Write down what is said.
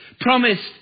promised